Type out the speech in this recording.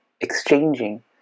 exchanging